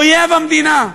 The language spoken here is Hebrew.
אויב המדינה.